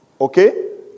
Okay